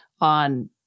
on